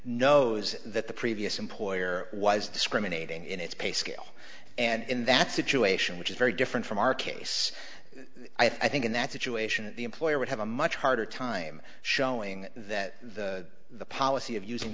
knows that the previous employer was discriminating in its pay scale and in that situation which is very different from our case i think in that situation the employer would have a much harder time showing that the policy of using